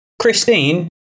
Christine